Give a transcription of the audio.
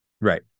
Right